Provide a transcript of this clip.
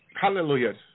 Hallelujah